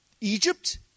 Egypt